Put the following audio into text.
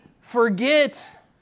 forget